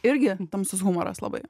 irgi tamsus humoras labai